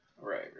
Right